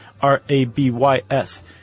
R-A-B-Y-S